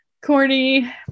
corny